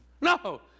No